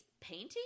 painting